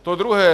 To druhé.